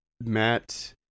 Matt